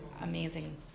amazing